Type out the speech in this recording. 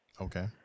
Okay